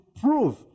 prove